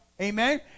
amen